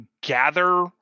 gather